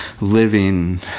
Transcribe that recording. living